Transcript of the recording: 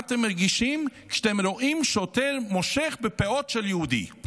מה אתם מרגישים כשאתם רואים שוטר מושך בפאות של יהודי?